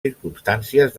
circumstàncies